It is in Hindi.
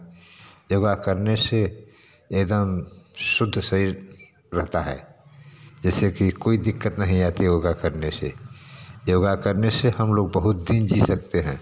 योग करने से एक दम शुद्ध शरीर रहता है जैसे कि कोई दिक्कत नहीं आती योग करने से योग करने से हम लोग बहुत दिन जी सकते हैं